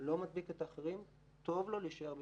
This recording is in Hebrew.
לא מדביק את האחרים, טוב לו להישאר במקומו.